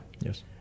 Yes